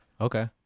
Okay